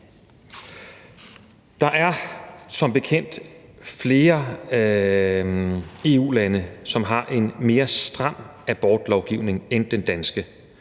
Der er som bekendt flere EU-lande, som har en mere stram abortlovgivning end den danske,